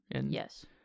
Yes